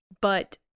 but-